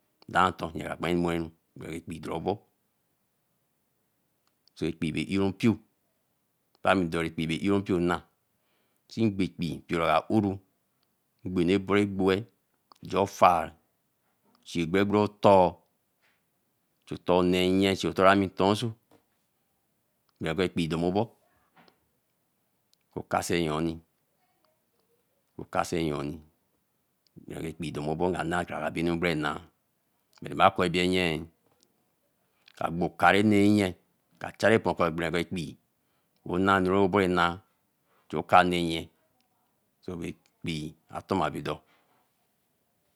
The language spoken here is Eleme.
Dãã nto aye ba kpe moiru bereka be ekpi do obo chu ekpi be iõmpio beami dore ekpi iompionnachi gbe ekpi mpiora oãro egbu ne bore gboe njeo fãa ch̃ii gbe bu otõõ nne nye chu oto ami tõo oso ne be ekpi domobo okase nyoni okase nyoni bereka ekpi domobo nnãa ganãa bere naa bere bàa còo ebie nye a gbo oka bi ne mye ka Clarepa ko be kporebekpi bo na nu be não chu okaa nne ye so ba ekpi atoma bedo.